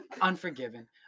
Unforgiven